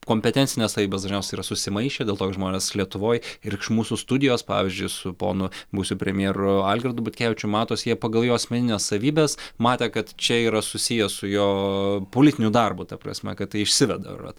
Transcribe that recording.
kompetencinės savybės dažniausiai yra susimaišę dėl to kad žmonės lietuvoj ir iš mūsų studijos pavyzdžiui su ponu buvusiu premjeru algirdu butkevičium matos jie pagal jo asmenines savybes matė kad čia yra susiję su jo politiniu darbu ta prasme kad tai išsiveda